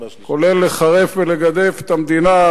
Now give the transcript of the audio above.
כולל לחרף ולגדף את המדינה,